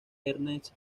ernest